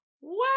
Wow